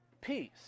peace